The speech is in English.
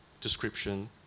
description